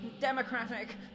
democratic